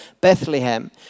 Bethlehem